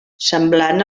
semblant